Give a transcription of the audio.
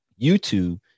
YouTube